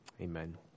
Amen